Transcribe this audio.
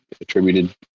attributed